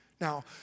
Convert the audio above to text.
Now